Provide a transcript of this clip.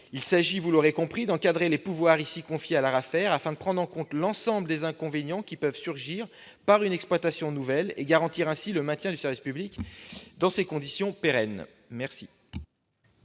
Il s'agit, vous l'aurez compris, d'encadrer les pouvoirs confiés ici à l'ARAFER, afin de prendre en compte l'ensemble des inconvénients qui peuvent naître d'une exploitation nouvelle et de garantir ainsi le maintien du service public dans des conditions pérennes. Quel